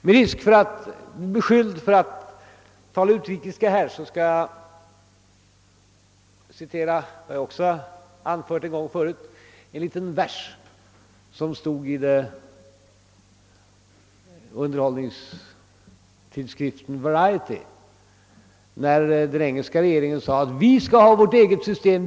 Med risk för att bli beskylld för att tala utrikiska här i riksdagen skall jag citera något som jag också har anfört en gång förut, nämligen en liten vers som stod i underhållningstidsskriften Variety, när den engelska regeringen sade: »Vi skall ha vårt eget system.